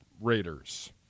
Raiders